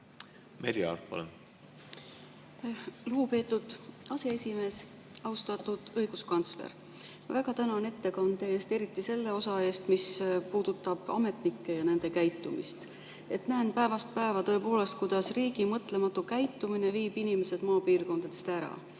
Merry Aart, palun! Lugupeetud aseesimees! Austatud õiguskantsler! Ma väga tänan ettekande eest, eriti selle osa eest, mis puudutab ametnikke ja nende käitumist. Näen päevast päeva tõepoolest, kuidas riigi mõtlematu käitumine viib inimesed maapiirkondadest ära